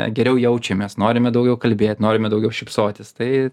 geriau jaučiamės norime daugiau kalbėt norime daugiau šypsotis tai